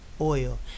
oil